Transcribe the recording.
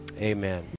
Amen